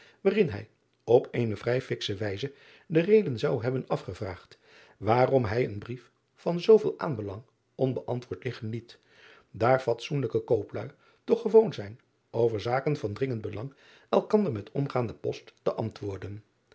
waarin hij op eene vrij fiksche wijze de reden zou hebben afgevraagd waarom hij een brief van zooveel aanbelang onbe driaan oosjes zn et leven van aurits ijnslager antwoord liggen liet daar fatsoenlijke koopluî toch gewoon zijn over zaken van dringend belang elkander met omgaande post te antwoorden